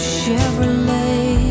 Chevrolet